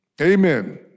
Amen